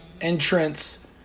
entrance